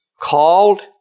called